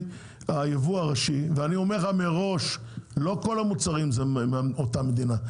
הייבוא הראשי ואני אומר מראש שלא כל המוצרים הם מאותה מדינה,